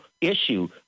issue